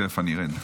תכף אני ארד.